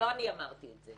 לא אני אמרתי את זה